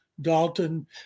Dalton